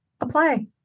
Apply